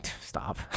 stop